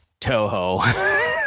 toho